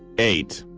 eight.